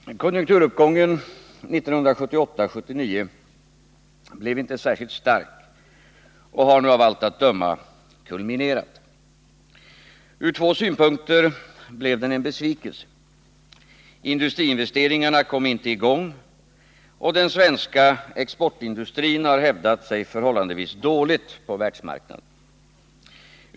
Herr talman! Konjunkturuppgången 1978-1979 blev inte särskilt stark och har nu av allt att döma kulminerat. Ur två synpunkter blev den en besvikelse. Industriinvesteringarna kom inte i gång, och den svenska exportindustrin har hävdat sig förhållandevis dåligt på världsmarknaden.